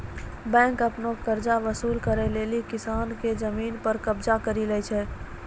bank आपनो कर्जा वसुल करै लेली किसान के जमिन पर कबजा करि लै छै